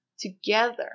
together